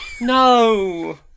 No